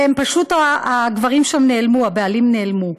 ופשוט הגברים שם נעלמו, הבעלים נעלמו.